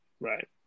Right